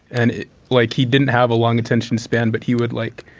and like he didn't have a long attention span but he would like